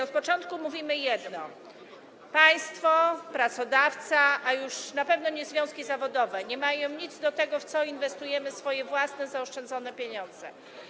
Od początku mówimy jedno: państwo, pracodawca, a już na pewno nie związki zawodowe, nie mają nic do tego, w co inwestujemy swoje własne, zaoszczędzone pieniądze.